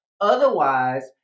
Otherwise